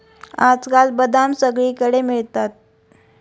आजकाल बदाम सगळीकडे मिळतात